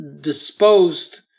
disposed